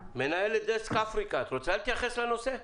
מנהלת דסק אפריקה, את רוצה להתייחס לנושא?